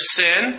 sin